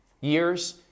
years